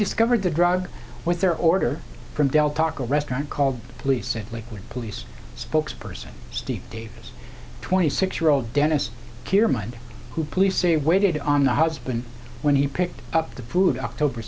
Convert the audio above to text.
discovered the drug with their order from del taco restaurant called police in lakeland police spokesperson steve davis twenty six year old dennis care mind who police say waited on the husband when he picked up the food october